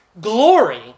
glory